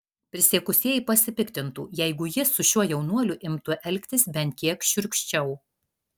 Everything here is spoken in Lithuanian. prisiekusieji pasipiktintų jeigu jis su šiuo jaunuoliu imtų elgtis bent kiek šiurkščiau